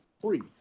free